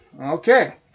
Okay